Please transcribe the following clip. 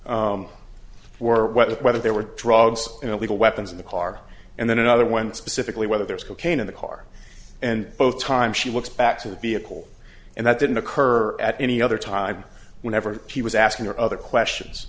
whether whether there were drugs illegal weapons in the car and then another one specifically whether there's cocaine in the car and both times she looks back to the vehicle and that didn't occur at any other time whenever she was asking her other questions